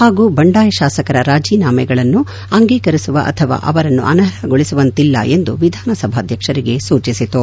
ಹಾಗೂ ಬಂಡಾಯ ಶಾಸಕರ ರಾಜೀನಾಮೆಗಳನ್ನು ಅಂಗೀಕರಿಸುವ ಅಥವಾ ಅವರನ್ನು ಅನರ್ಹಗೊಳಿಸುವಂತಿಲ್ಲ ಎಂದು ವಿಧಾನಸಭ್ಯಾಧಕ್ಷರಿಗೆ ಸೂಚಿಸಿತು